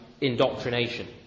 indoctrination